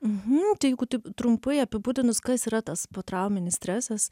mhm tai jeigu taip trumpai apibūdinus kas yra tas potrauminis stresas